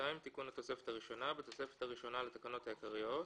"תיקון התוספת הראשונה 2. בתוספת הראשונה לתקנות העיקריות,